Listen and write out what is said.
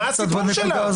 די, מה הסיפור שלך?